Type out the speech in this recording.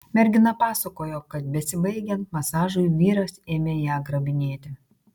mergina pasakojo kad besibaigiant masažui vyras ėmė ją grabinėti